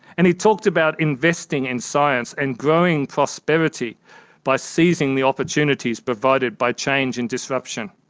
and he talked about investing in science and growing prosperity by seizing the opportunities provided by change and disruption.